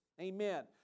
amen